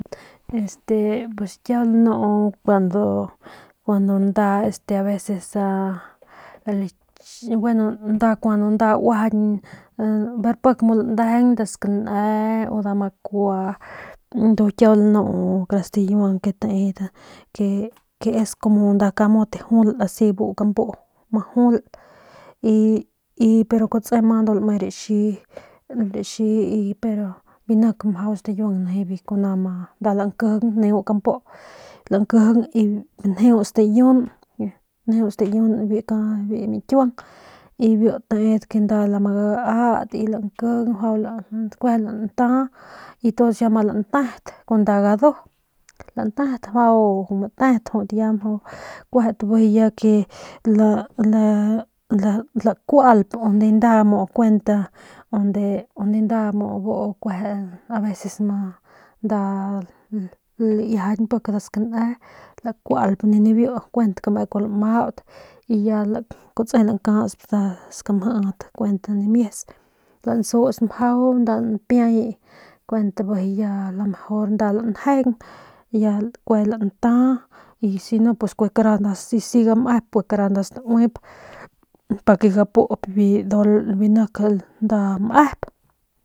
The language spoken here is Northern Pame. Este kiau lanu kuandu cuandu nda aveces a lach gueno nda kuandu nda uajañ ver pik nda landejeng skane u nda makua ndu kiau lanu nda stikiuang ke tedat ke es nda camote jul si bu kampu ma jul y y pero kutsi ma ndu lame raxi raxi pero biu nik mjau stikiuang nijiy biu kuna ma nda lankijin neu kampu lankijing y njeu stayiun biu ki mikiuang y biu tedat ke biu nda lama gaat y lankijin kueje mjau lanta y tuns ya ma lantet kun nda gadu lantet mjau bijiy ya kueje li li lakual unde nda muu kuent unde nda muu veces nda nda laiajañ nda skane lakualp nibiu kuent kume kuajau lamaut ya kutsi y ya kutsi lancasp nda skamjit kuent namies lasus mjau nda npiay kuent bijiy ya nda lanjeng ya kue nda lanta si no kue kara si siga mep kue kara kue stauip pa ke gapup biu dol biu nik nda mep.